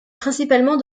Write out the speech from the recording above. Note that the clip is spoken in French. principalement